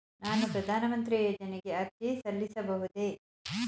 ನಾನು ಪ್ರಧಾನ ಮಂತ್ರಿ ಯೋಜನೆಗೆ ಅರ್ಜಿ ಸಲ್ಲಿಸಬಹುದೇ?